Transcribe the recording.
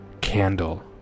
candle